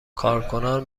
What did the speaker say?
کارکنان